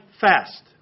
fast